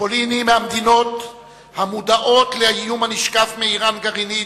פולין היא מהמדינות המודעות לאיום הנשקף מאירן גרעינית,